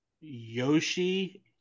Yoshi